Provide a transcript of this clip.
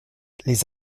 les